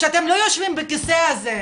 שאתם לא יושבים בכיסא הזה,